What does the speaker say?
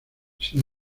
sin